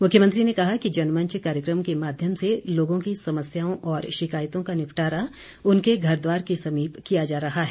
मुख्यमंत्री ने कहा कि जनमंच कार्यक्रम के माध्यम से लोगों की समस्याओं और शिकायतों का निपटारा उनके घर द्वार के समीप किया जा रहा है